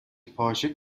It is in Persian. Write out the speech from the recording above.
پارچه